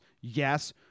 Yes